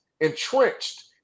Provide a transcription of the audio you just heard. entrenched